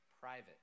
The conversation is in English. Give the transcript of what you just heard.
private